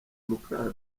muka